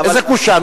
איזה קושאן?